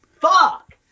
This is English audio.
Fuck